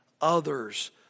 others